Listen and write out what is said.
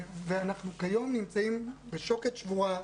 כיום אנחנו נמצאים מול שוקת שבורה,